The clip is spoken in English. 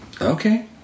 Okay